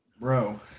Bro